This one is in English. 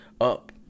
up